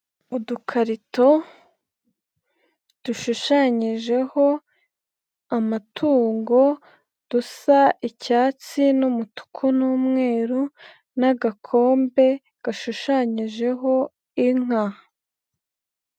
Udukarito dushushanyijeho amatungo dusa icyatsi n'umutuku n'umweru n'agakombe gashushanyijeho inka.